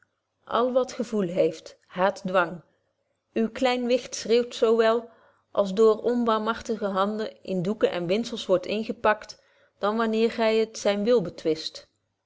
al wat gevoel heeft haat dwang uw klein wicht schreeuwt zo wel als het door onbarmharige handen in doeken en windzels wordt ingepakt dan wanneer gy het zynen wil betwist